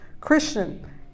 christian